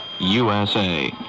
USA